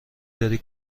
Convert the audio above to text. داری